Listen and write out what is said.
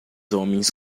homens